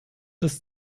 des